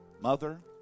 mother